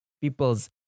people's